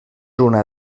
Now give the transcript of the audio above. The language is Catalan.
una